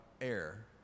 air